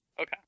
Okay